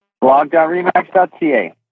blog.remax.ca